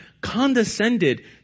condescended